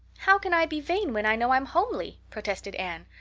how can i be vain when i know i'm homely? protested anne.